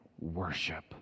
worship